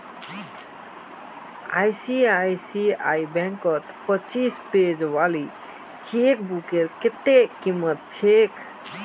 ICICI बैंकत पच्चीस page वाली चेकबुकेर कत्ते कीमत छेक